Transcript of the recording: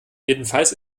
jedenfalls